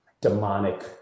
demonic